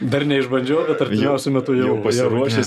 dar neišbandžiau bet artimiausiu metu jau pasiruošęs